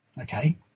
okay